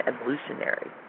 evolutionary